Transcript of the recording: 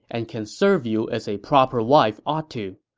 and can serve you as a proper wife ought to.